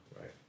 right